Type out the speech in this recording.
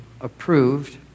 approved